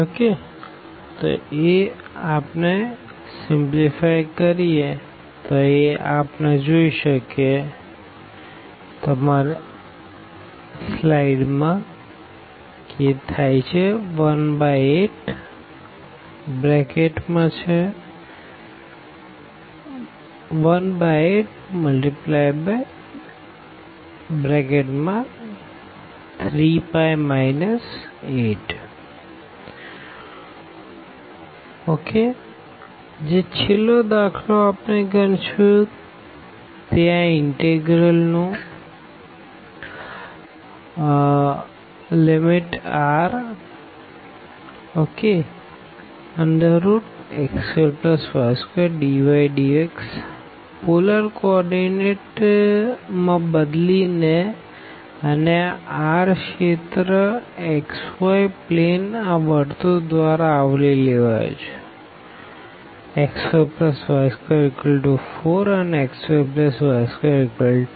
θ42r02cos r2rdrdθ42r4402cos dθ424 dθ 422 2dθ421cos 2θ 2dθ4212θ2cos 2θ dθ 421121cos 4θ 2cos 2θ dθ183π 8 જે છેલ્લો દાખ્લો આપણે ગણશુ તે આ ઇનટેગરલ નું ∬Rx2y2dxdy પોલર કો ઓર્ડીનેટ માં બદલી ને અને આ R રીજિયન xy પ્લેન આ સર્કલ દ્વારા આવરી લેવાયો છે x2y24 અને x2y29